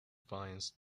finds